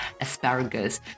asparagus